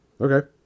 Okay